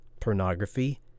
pornography